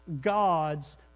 God's